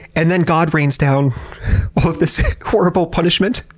and then god rains down all this horrible punishment.